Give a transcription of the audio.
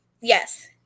Yes